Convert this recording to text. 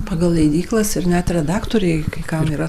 pagal leidyklas ir net redaktoriai kai kam yra